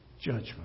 judgment